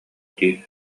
дии